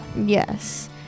Yes